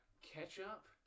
ketchup